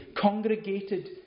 congregated